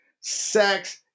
Sex